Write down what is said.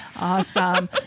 Awesome